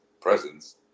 presence